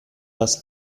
das